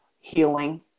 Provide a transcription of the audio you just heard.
healing